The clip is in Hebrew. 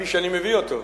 כפי שאני מביא אותו.